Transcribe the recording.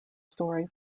story